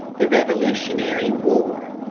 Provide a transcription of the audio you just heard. the revolutionary war.